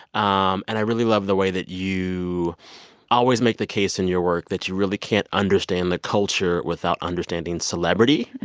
um and i really love the way that you always make the case in your work that you really can't understand the culture without understanding celebrity.